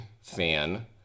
fan